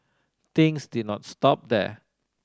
things did not stop there